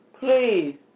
please